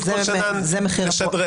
כל שנה נשדרג.